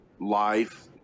life